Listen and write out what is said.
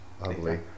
Lovely